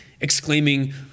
exclaiming